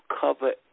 cover